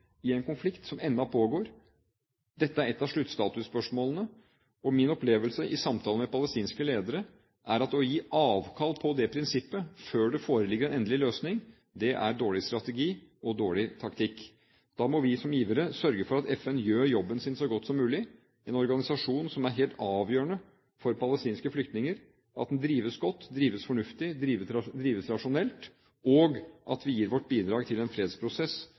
i en konflikt som ennå pågår. Dette er et av sluttstatusspørsmålene, og min opplevelse i samtaler med palestinske ledere er at å gi avkall på det prinsippet før det foreligger en endelig løsning, er dårlig strategi og dårlig taktikk. Da må vi som givere sørge for at FN gjør jobben sin så godt som mulig, at en organisasjon som er helt avgjørende for palestinske flyktninger, drives godt, drives fornuftig og drives rasjonelt, og at vi gir vårt bidrag til en fredsprosess